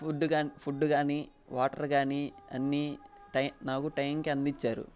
food కాని food కానీ water కానీ అన్ని టై నాకు టైంకి అందించారు